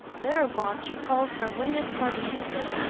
thereupon she calls her winged son cupid,